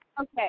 Okay